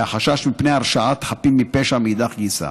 והחשש מפני הרשעת חפים מפשע מאידך גיסא.